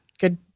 good